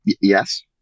Yes